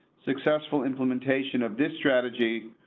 successful implementation of this strategy.